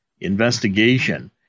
investigation